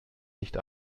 nicht